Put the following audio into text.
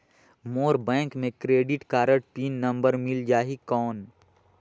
मोर bank मे credit card pin number मिल जाहि कौन?